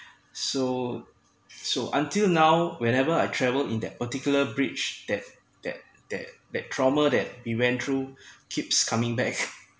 so so until now whenever I travel in that particular bridge that that that that trauma that we went through keeps coming back